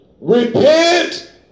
Repent